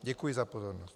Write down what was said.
Děkuji za pozornost.